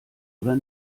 oder